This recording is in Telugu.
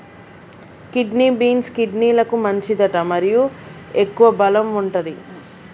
కిడ్నీ బీన్స్, కిడ్నీలకు మంచిదట మరియు ఎక్కువ బలం వుంటది